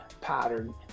pattern